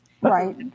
Right